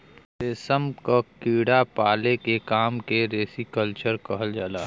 रेशम क कीड़ा पाले के काम के सेरीकल्चर कहल जाला